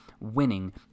winning